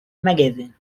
magazine